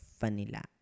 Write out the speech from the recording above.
vanilla